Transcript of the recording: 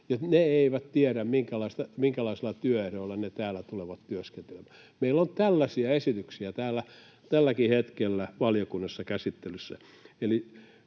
he eivät tiedä, minkälaisilla työehdoilla he täällä tulevat työskentelemään. Meillä on tällaisia esityksiä täällä tälläkin hetkellä valiokunnassa käsittelyssä.